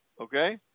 Okay